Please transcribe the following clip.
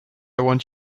want